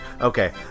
Okay